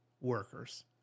workers